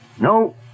No